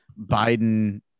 biden